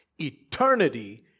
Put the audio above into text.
eternity